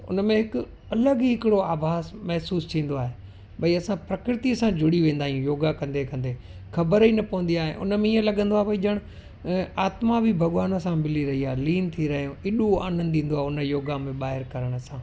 त उन में हिकु अलॻि ई हिकिड़ो आभास महिसूसु थींदो आहे भई असां प्रकृति सां जुड़ी वेंदा आहियूं योगा कंदे कंदे ख़बर ई न पवंदी आहे उन में ईअं लॻंदो आहे भई ॼण आत्मा बि भॻवान सां मिली रही आहे लीन थी रहियो एॾो आनंदु ईंदो आहे उन योगा में ॿाहिरि करण सां